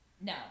No